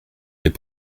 mais